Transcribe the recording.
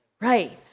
Right